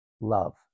love